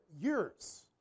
years